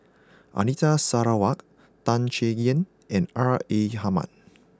Anita Sarawak Tan Chay Yan and R A Hamid